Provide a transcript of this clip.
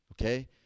okay